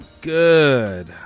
good